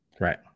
Right